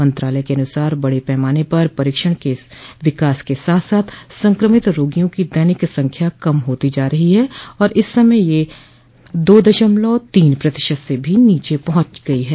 मंत्रालय के अनुसार बड़े पैमाने पर परीक्षण के विकास के साथ साथ संक्रमित रोगियों की दैनिक संख्या कम होती जा रही है और इस समय यह दो दशमलव तीन प्रतिशत से भी नीचे पहुंच गई है